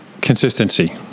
consistency